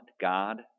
God